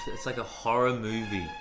it's like a horror movie.